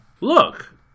Look